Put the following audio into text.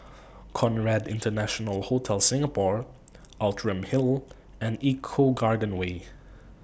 Conrad International Hotel Singapore Outram Hill and Eco Garden Way